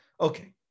Okay